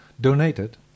donated